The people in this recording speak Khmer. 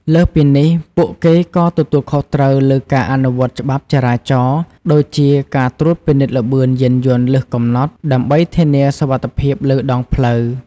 លើសពីនេះ ពួកគេក៏ទទួលខុសត្រូវលើការអនុវត្តច្បាប់ចរាចរណ៍ ដូចជាការត្រួតពិនិត្យល្បឿនយានយន្តលើសកំណត់ ដើម្បីធានាសុវត្ថិភាពលើដងផ្លូវ។